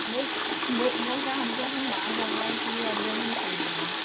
वो वो क्या हमको कहीं बाहर जाना है इस लिए अरजेन्टली सिलवाना है